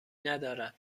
ندارد